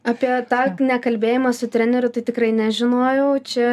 apie tą nekalbėjimą su treneriu tai tikrai nežinojau čia